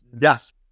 Yes